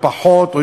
או פחות,